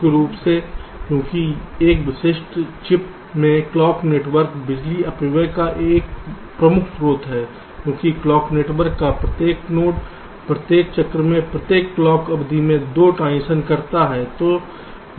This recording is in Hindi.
मुख्य रूप से क्योंकि एक विशिष्ट चिप में क्लॉक नेटवर्क बिजली अपव्यय का एक प्रमुख स्रोत है क्योंकि क्लॉक नेटवर्क का प्रत्येक नोड प्रत्येक चक्र में प्रत्येक क्लॉक अवधि में 2 ट्रांजीशन करता है